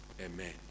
Amen